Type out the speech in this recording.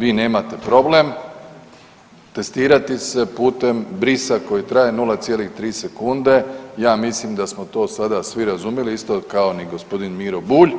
Vi nemate problem testirati se putem brisa koji traje 0,3 sekunde, ja mislim da smo to sada svi razumjeli, isto kao ni g. Miro Bulj